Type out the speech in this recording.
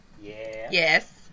Yes